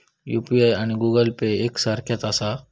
UPI आणि Google Pay एक सारख्याच आसा?